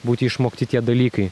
būti išmokti tie dalykai